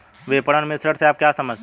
विपणन मिश्रण से आप क्या समझते हैं?